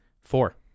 Four